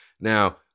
Now